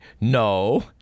no